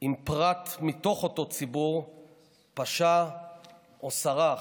אם פרט מתוך אותו ציבור פשע או סרח.